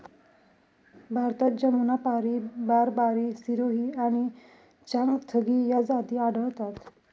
भारतात जमुनापारी, बारबारी, सिरोही आणि चांगथगी या जाती आढळतात